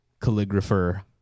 Calligrapher